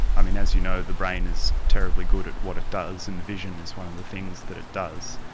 um and as you know, the brain is terribly good at what it does and vision is one of the things that it does.